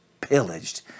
pillaged